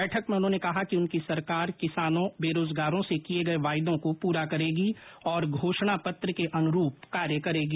बैठक में उन्होंने कहा कि उनकी सरकार किसानों बेरोजगारों से किए गए वायदों को पूरा करेगी और घोषणा पत्र के अनुरूप कार्य करेगी